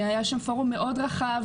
היה שם פורום מאוד רחב,